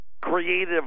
creative